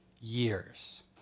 years